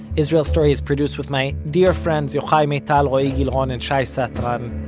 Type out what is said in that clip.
israel story is produced with my dear friends yochai maital, roee gilron and shai satran.